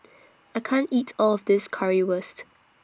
I can't eat All of This Currywurst